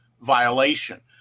violation